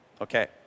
Okay